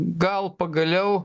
gal pagaliau